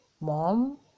mom